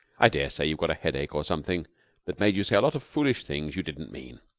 i daresay you've got a headache or something that made you say a lot of foolish things you didn't mean.